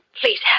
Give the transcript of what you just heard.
Please